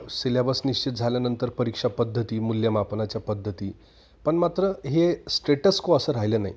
syllabus निश्चित झाल्यानंतर परीक्षापद्धती मूल्यमापनाच्या पद्धती पण मात्र हे स्टेटसको असं राहिलं नाही